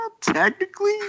Technically